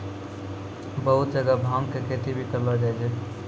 बहुत जगह भांग के खेती भी करलो जाय छै